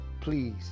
please